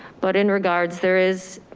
but in regards there is